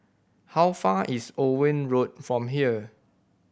how far away is Owen Road from here